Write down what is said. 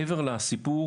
מעבר לסיפור.